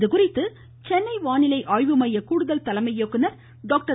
இதுகுறித்து சென்னை வானிலை ஆய்வுமைய கூடுதல் தலைமை இயக்குநர் டாக்டர்